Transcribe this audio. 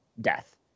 death